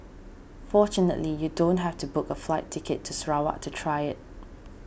fortunately you don't have to book a flight ticket to Sarawak to try it